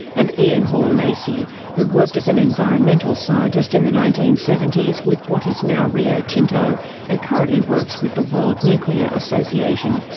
and ian hore-lacy who worked as an environmental scientist in the nineteen seventy s with what is now rio tinto and currently works with the world nuclear association,